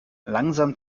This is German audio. langsam